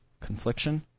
confliction